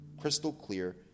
crystal-clear